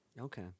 Okay